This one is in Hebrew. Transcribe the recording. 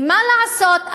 ומה לעשות,